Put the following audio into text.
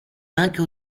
anche